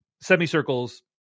semicircles